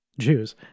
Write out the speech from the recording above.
Jews